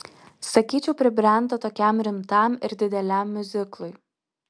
sakyčiau pribrendo tokiam rimtam ir dideliam miuziklui